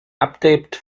update